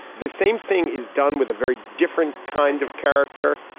the same thing is done with a very different kind of character.